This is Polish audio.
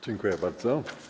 Dziękuję bardzo.